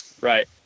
right